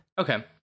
okay